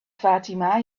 fatima